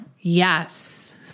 Yes